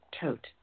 tote